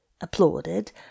applauded